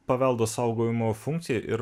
paveldo saugojimo funkcija ir